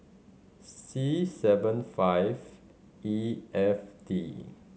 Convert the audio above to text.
C seven five E F D